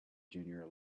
junior